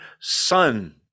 son